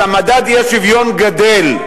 אז מדד האי-שוויון גדֵל.